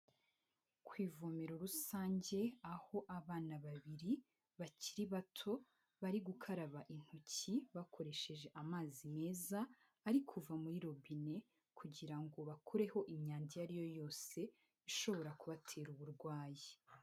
Ku ivomero rusange aho abana babiri bakiri bato bari gukaraba intoki bakoresheje amazi meza ari kuva muri robine, kugira ngo bakureho imyanda iyo ari yo yose ishobora kubatera uburwayi.